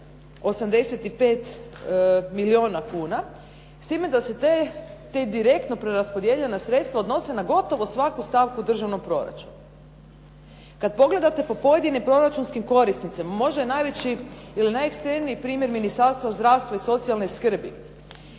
585 milijuna kuna s time da se ta direktno preraspodijeljena sredstva odnose na gotovo svaku stavku državnog proračuna. Kad pogledate po pojedinim proračunskim korisnicima možda je najveći ili najekstremniji primjer Ministarstvo zdravstva i socijalne skrbi.